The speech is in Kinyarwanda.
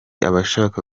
abashaka